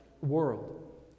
world